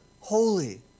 holy